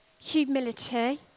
humility